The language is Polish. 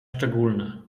szczególne